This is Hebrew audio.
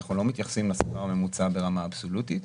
אנחנו לא מתייחסים לשכר הממוצע ברמה אבסולוטית,